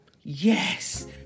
Yes